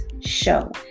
show